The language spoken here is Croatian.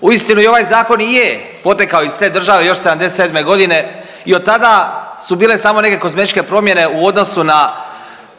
Uistinu ovaj zakon i je potekao iz te države još '77. godine i od tada su bile samo neke kozmetičke promjene u odnosu na